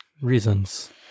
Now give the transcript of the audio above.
reasons